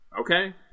Okay